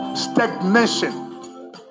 Stagnation